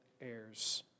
heirs